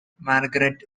margaret